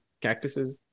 cactuses